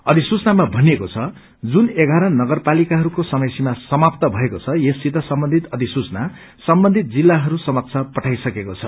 अधिसूचना भनिएको छ जुन एघार नगरपालिकाहरूको समय सीमा समाप्त भएको छ यसपालि सम्बन्धित अधिसूचना सम्बन्धित जिल्लाहरू समक्ष पठाइसकेको छ